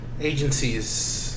agencies